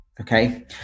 okay